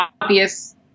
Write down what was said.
obvious